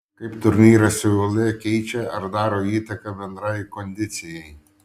kaip turnyras seule keičia ar daro įtaką bendrai kondicijai